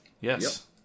yes